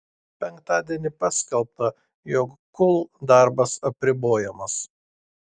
penktadienį paskelbta jog kul darbas apribojamas